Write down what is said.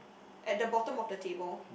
at the bottom of the table